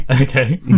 Okay